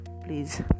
please